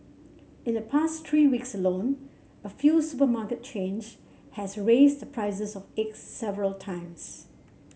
in the past three weeks alone a few supermarket chains has raised the prices of eggs several times